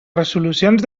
resolucions